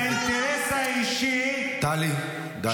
-- כי האינטרס האישי -- טלי, די.